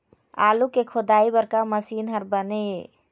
आलू के खोदाई बर का मशीन हर बने ये?